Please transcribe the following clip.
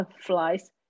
flies